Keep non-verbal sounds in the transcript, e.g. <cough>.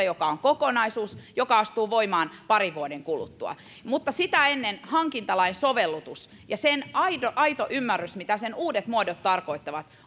<unintelligible> joka on kokonaisuus joka astuu voimaan parin vuoden kuluttua mutta sitä ennen hankintalain sovellutus ja sen aito aito ymmärrys mitä sen uudet muodot tarkoittavat